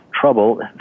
trouble